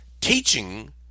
teaching